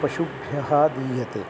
पशुभ्यः दीयते